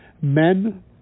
men